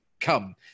come